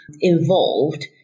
involved